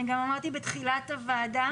אני גם אמרתי בתחילת הוועדה,